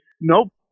nope